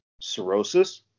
cirrhosis